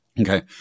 Okay